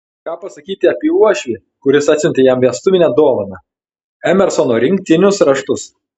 ką pasakyti apie uošvį kuris atsiuntė jam vestuvinę dovaną emersono rinktinius raštus